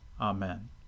Amen